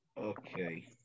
okay